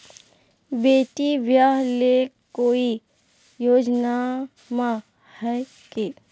बेटी ब्याह ले कोई योजनमा हय की?